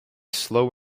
slow